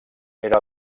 era